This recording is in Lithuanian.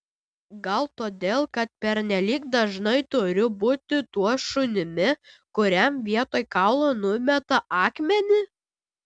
gal todėl kad pernelyg dažnai turiu būti tuo šunimi kuriam vietoj kaulo numeta akmenį